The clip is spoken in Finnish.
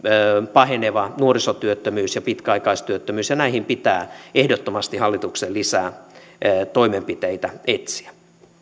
paheneva nuorisotyöttömyys ja pitkäaikaistyöttömyys ja näihin pitää ehdottomasti hallituksen lisää toimenpiteitä etsiä